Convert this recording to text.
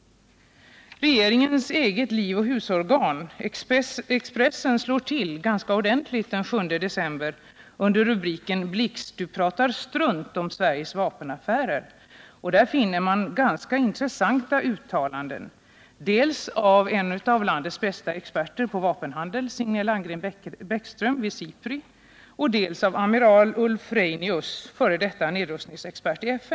Regeringens eget livoch husorgan, Expressen, slår till ganska ordentligt den 7 december under rubriken ”Blix — du pratar strunt om Sveriges vapenaffärer”. I den artikeln finner man ganska intressanta uttalanden dels av en av landets bästa experter på vapenhandel, Signe Landgren-Bäckström vid SIPRI, dels av amiral Ulf Reinius, f. d. nedrustningsexpert i FN.